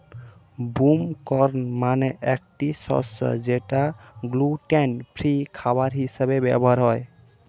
broom corn মানে একটি শস্য যেটা গ্লুটেন ফ্রি খাবার হিসেবে ব্যবহার হয়